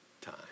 time